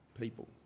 people